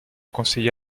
conseilla